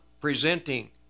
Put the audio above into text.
presenting